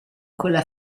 quella